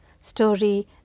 story